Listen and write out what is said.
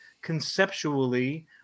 conceptually